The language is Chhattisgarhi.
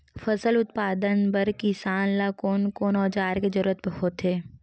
फसल उत्पादन बर किसान ला कोन कोन औजार के जरूरत होथे?